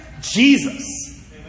Jesus